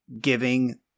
giving